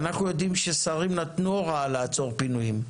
ואנחנו יודעים ששרים נתנו הוראה לעצור פינויים,